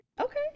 Okay